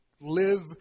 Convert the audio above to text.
live